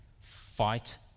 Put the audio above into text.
fight